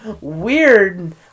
weird